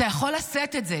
אתה יכול לשאת את זה.